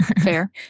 fair